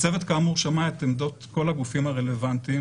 הצוות כאמור שמע את עמדות כל הגופים הרלוונטיים,